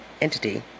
entity